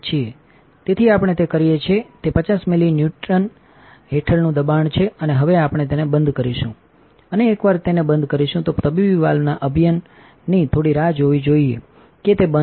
તેથી આપણે તે કરીએ છીએ કે તે 50મીલી ન્યુટહેઠળનું દબાણ છેઅને હવે આપણે તેને બંધ કરીશું અને એકવાર તેને બંધ કરીશું તો તબીબી વાલ્વના અભિનયની થોડી રાહ જોવી જોઈએ કે તે બંધ છે અને નહીં